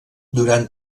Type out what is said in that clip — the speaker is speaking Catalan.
durant